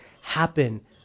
happen